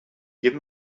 give